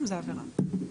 העבירה כבר קיימת.